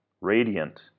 Radiant